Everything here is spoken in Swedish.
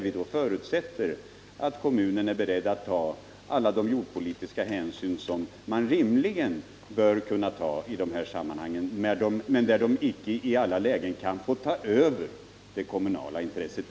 Vi förutsätter därvid att kommunen är beredd att ta alla de jordpolitiska hänsyn som rimligen bör tas i dessa sammanhang men som inte i alla lägen får ta över det kommunala intresset.